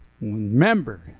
remember